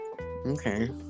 Okay